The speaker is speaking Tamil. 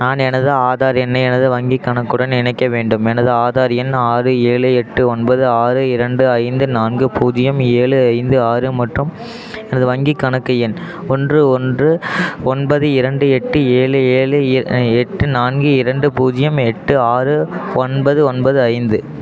நான் எனது ஆதார் எண்ணை எனது வங்கிக் கணக்குடன் இணைக்க வேண்டும் எனது ஆதார் எண் ஆறு ஏழு எட்டு ஒன்பது ஆறு இரண்டு ஐந்து நான்கு பூஜ்ஜியம் ஏழு ஐந்து ஆறு மற்றும் எனது வங்கிக் கணக்கு எண் ஒன்று ஒன்று ஒன்பது இரண்டு எட்டு ஏழு ஏழு ஏ எட்டு நான்கு இரண்டு பூஜ்ஜியம் எட்டு ஆறு ஒன்பது ஒன்பது ஐந்து